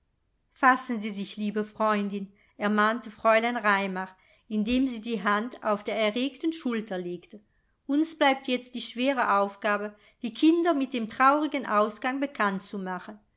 fassen sie sich liebe freundin ermahnte fräulein raimar indem sie die hand auf der erregten schulter legte uns bleibt jetzt die schwere aufgabe die kinder mit dem traurigen ausgang bekannt zu machen